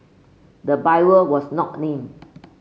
the buyer was not named